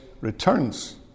returns